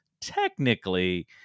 technically